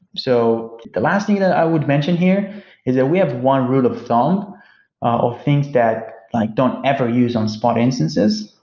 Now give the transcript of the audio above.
so the last thing that i would mention here is that we have one rule of thumb of things that like don't ever use on spot instances,